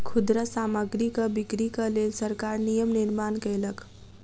खुदरा सामग्रीक बिक्रीक लेल सरकार नियम निर्माण कयलक